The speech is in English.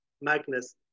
Magnus